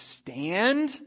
stand